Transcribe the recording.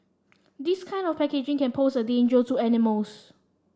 this kind of packaging can pose a danger to animals